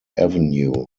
avenue